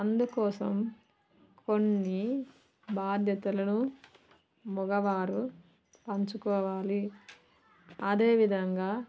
అందుకోసం కొన్ని బాధ్యతలను మగవారు పంచుకోవాలి అదే విధంగా